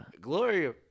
Gloria